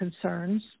concerns